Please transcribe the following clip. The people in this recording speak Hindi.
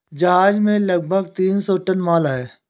जहाज में लगभग तीन सौ टन माल है